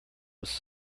was